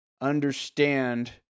understand